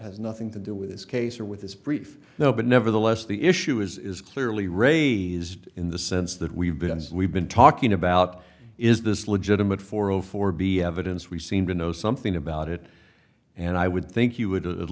has nothing to do with this case or with this brief now but nevertheless the issue is clearly raised in the sense that we've been we've been talking about is this legitimate for zero four be evidence we seem to know something about it and i would think you would at